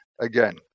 again